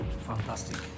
Fantastic